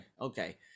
okay